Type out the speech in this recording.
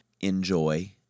enjoy